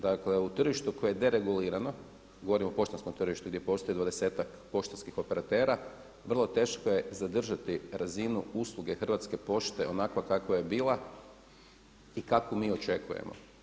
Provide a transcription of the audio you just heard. Dakle u tržištu koje je deregulirano, govorim o poštanskom tržištu gdje postoji dvadesetak poštanskih operatera, vrlo teško je zadržati razinu usluge Hrvatske pošte onakva kakva je bila i kakvu mi očekujemo.